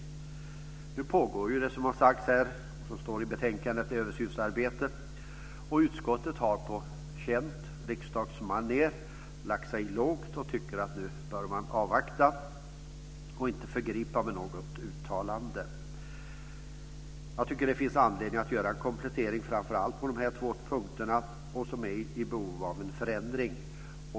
Det pågår, som har sagts här och som står i betänkandet, ett översynsarbete. Och utskottet har på känt riksdagsmanér lagt sig lågt och tycker att man nu bör avvakta och inte föregripa med något uttalande. Jag tycker att det finns anledning att göra en komplettering framför allt när det gäller de två punkter som är i behov av en förändring.